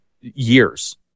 years